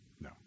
No